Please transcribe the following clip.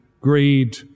greed